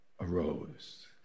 arose